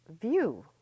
View